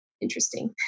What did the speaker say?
interesting